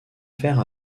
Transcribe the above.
faire